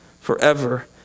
forever